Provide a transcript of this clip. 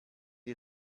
you